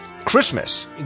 Christmas